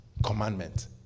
Commandment